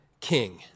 king